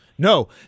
No